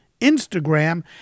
Instagram